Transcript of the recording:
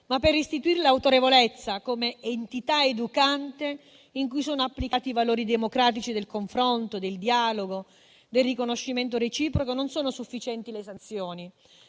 Per restituirle autorevolezza come entità educante in cui sono applicati i valori democratici del confronto, del dialogo, del riconoscimento reciproco, non sono sufficienti le sanzioni,